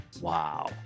Wow